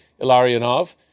Ilarionov